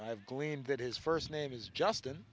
i've gleaned that his first name is justin